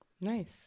Nice